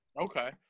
Okay